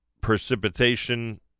precipitation